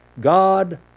God